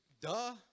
Duh